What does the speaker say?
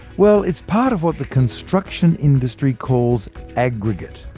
well, it's part of what the construction industry calls aggregate.